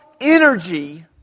energy